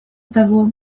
того